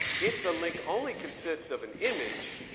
if the link only consists of an image,